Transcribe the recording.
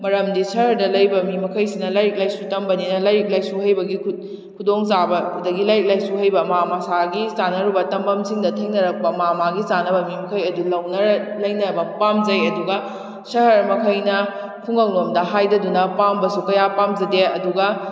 ꯃꯔꯝꯗꯤ ꯁꯍꯔꯗ ꯂꯩꯕ ꯃꯤ ꯃꯈꯩꯁꯤꯅ ꯂꯥꯏꯔꯤꯛ ꯂꯥꯏꯁꯨ ꯇꯝꯕꯅꯤꯅ ꯂꯥꯏꯔꯤꯛ ꯂꯥꯏꯁꯨ ꯍꯩꯕꯒꯤ ꯈꯨꯗꯣꯡ ꯆꯥꯕ ꯑꯗꯨꯗꯒꯤ ꯂꯥꯏꯔꯤꯛ ꯂꯥꯏꯁꯨ ꯍꯩꯕ ꯃꯥ ꯃꯥꯁꯥꯒꯤ ꯆꯥꯟꯅꯔꯨꯕ ꯇꯝꯐꯝꯁꯤꯡꯗ ꯊꯦꯡꯅꯔꯛꯄ ꯃꯥ ꯃꯥꯒꯤ ꯆꯥꯟꯅꯕ ꯃꯤ ꯃꯈꯩ ꯑꯗꯨ ꯂꯧꯅꯔ ꯂꯩꯅꯕ ꯄꯥꯝꯖꯩ ꯑꯗꯨꯒ ꯁꯍꯔ ꯃꯈꯩꯅ ꯈꯨꯡꯒꯪ ꯂꯣꯝꯗ ꯍꯥꯏꯗꯗꯨꯅ ꯄꯥꯝꯕꯁꯨ ꯀꯌꯥ ꯄꯥꯝꯖꯗꯦ ꯑꯗꯨꯒ